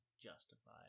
justify